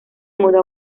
mudó